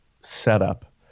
setup